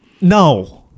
No